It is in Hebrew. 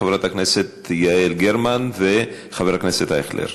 חברת הכנסת יעל גרמן וחבר הכנסת אייכלר.